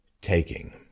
taking